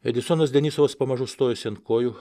edisonas denisovas pamažu stojosi ant kojų